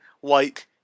white